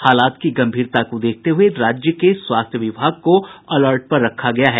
हालात की गंभीरता को देखते हुए राज्य के स्वास्थ्य विभाग को अलर्ट पर रखा गया है